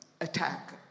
attack